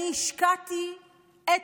אני השקעתי את